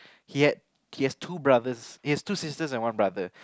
he had he has two brothers he has two sisters and one brother